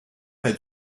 had